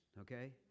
okay